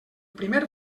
primer